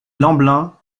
lemblin